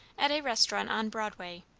at a restaurant on broadway,